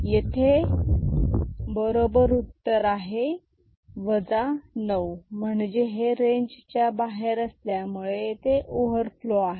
येथे बरोबर उत्तर 9 आहे म्हणजेच हे रेंजच्या बाहेर असल्यामुळे येथे ओवरफ्लो आहे